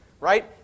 Right